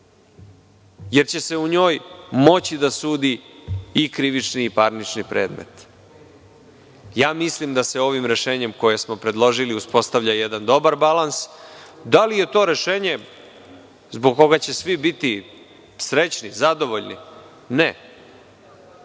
jer će se u njoj moći da sudi i krivični i parnični predmeti. Mislim da sa ovim rešenjem koje smo predložili uspostavlja jedan dobar balans. Da li je to rešenje zbog koga će svi biti srećni, zadovoljni? Ne.